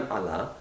Allah